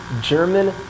German